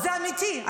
זה אמיתי,